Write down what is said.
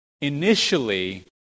initially